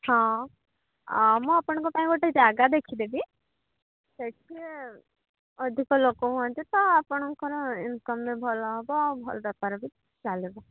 ହଁ ମୁଁ ଆପଣଙ୍କ ପାଇଁ ଗୋଟେ ଜାଗା ଦେଖିଦେବି ସେଠି ଅଧିକ ଲୋକ ହୁଅନ୍ତି ତ ଆପଣଙ୍କର ଇନକମ୍ରେ ଭଲ ହେବ ଭଲ ବେପାର ବି ଚାଲିବ